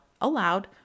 aloud